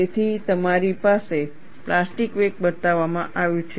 તેથી તમારી પાસે પ્લાસ્ટિક વેક બતાવવામાં આવ્યું છે